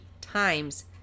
times